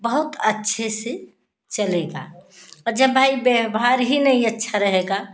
बहुत अच्छे से चलेगा और जब भाई व्यवहार ही अच्छा नहीं रहेगा